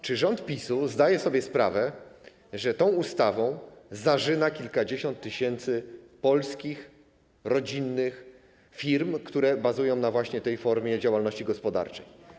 Czy rząd PiS-u zdaje sobie sprawę, że tą ustawą zarzyna kilkadziesiąt tysięcy polskich rodzinnych firm, które bazują właśnie na tej formie działalności gospodarczej?